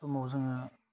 समाव जोङो